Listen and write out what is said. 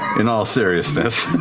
in all seriousness,